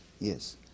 yes